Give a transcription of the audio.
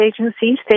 agencies